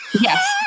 Yes